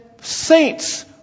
saints